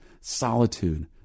solitude